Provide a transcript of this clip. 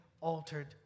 altered